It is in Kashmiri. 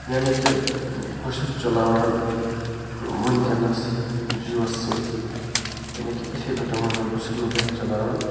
یعنی کہ بہٕ چھُس چلاوان وٕنۍ کٮ۪نَس جیو سِم یعنی کہِ یِتھَے پٲٹھۍ تۄہہِ وَنُن بہٕ چھُس وٕنۍ کٮ۪س چلاوان